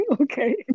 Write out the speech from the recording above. Okay